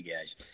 guys